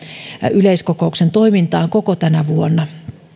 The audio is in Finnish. yleiskokouksen toimintaan koko tänä vuonna